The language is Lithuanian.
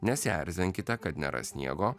nesierzinkite kad nėra sniego